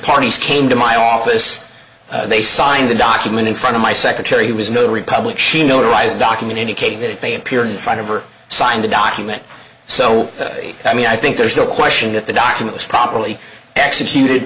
parties came to my office they signed the document in front of my secretary of his new republic she notarized document indicating that they appeared in front of or signed the document so i mean i think there's no question that the documents properly executed